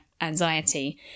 anxiety